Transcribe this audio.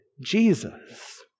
Jesus